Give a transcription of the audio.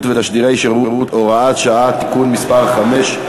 ותשדירי שירות) (הוראת שעה) (תיקון מס' 5),